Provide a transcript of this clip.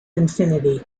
infinity